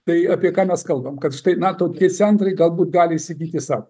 tai apie ką mes kalbam kad štai na tokie centrai galbūt gali įsigyti sau